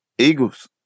Eagles